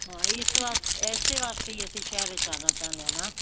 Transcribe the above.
ਹਾਂ ਇਸ ਵਾਸਤੇ ਇਸੇ ਵਾਸਤੇ ਹੀ ਅਸੀਂ ਸ਼ਹਿਰ ਵਿਚ ਆਉਣਾ ਚਾਹੁੰਦੇ ਹਾਂ ਨਾ